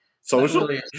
Social